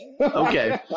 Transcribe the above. Okay